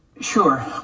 Sure